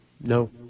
No